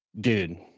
Dude